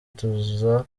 tuza